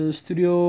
studio